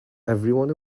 everyone